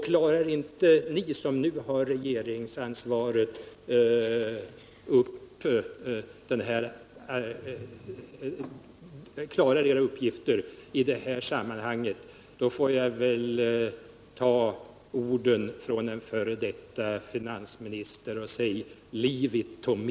Klarar ni som nu har regeringsansvaret inte av edra uppgifter i detta sammanhang, får jag väl ta orden från en f. d. finansminister och säga: Leave it to me.